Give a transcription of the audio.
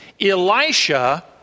Elisha